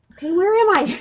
where am i?